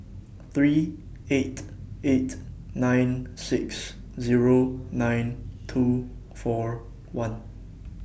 three eight eight nine six Zero nine two four one